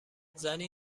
زنی